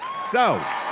so,